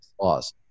laws